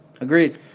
Agreed